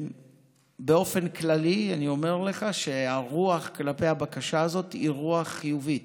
באופן כללי אני אומר לך שהרוח כלפי הבקשה הזאת היא רוח חיובית,